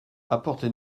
apportez